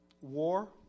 war